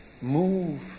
Move